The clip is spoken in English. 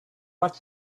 what